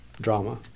drama